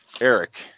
Eric